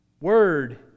word